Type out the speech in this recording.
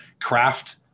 craft